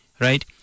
Right